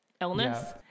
illness